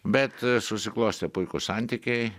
bet susiklostė puikūs santykiai